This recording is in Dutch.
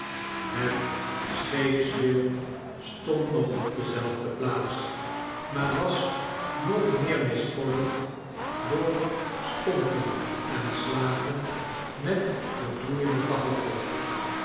het scheepsbeeld stond nog op dezelfde plaats maar was nog meer misvormd door stompen en slagen met den gloeienden